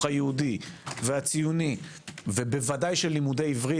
היהודי והציוני ובוודאי של לימודי עברית,